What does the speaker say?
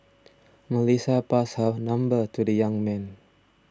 Melissa passed her number to the young man